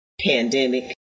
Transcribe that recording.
Pandemic